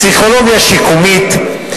פסיכולוגיה שיקומית,